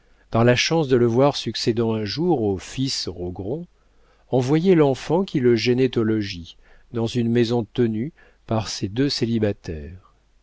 par la chance de le voir succédant un jour aux fils rogron envoyait l'enfant qui le gênait au logis dans une maison tenue par ces deux célibataires